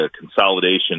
consolidation